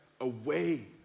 away